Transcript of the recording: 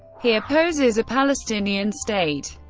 he opposes a palestinian state.